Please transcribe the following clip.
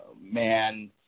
Man